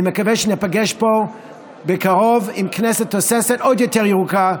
אני מקווה שניפגש פה בקרוב עם כנסת תוססת ועוד יותר ירוקה,